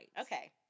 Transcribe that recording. Okay